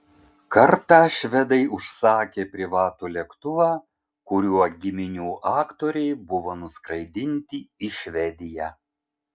kartą švedai užsakė privatų lėktuvą kuriuo giminių aktoriai buvo nuskraidinti į švediją